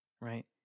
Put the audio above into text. Right